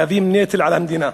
נטל על המדינה.